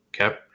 okay